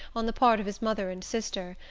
on the part of his mother and sister,